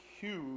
huge